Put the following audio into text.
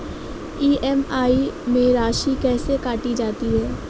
EMI में राशि कैसे काटी जाती है?